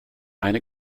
eine